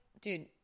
dude